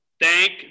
Thank